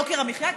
ויוקר המחיה,